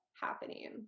happening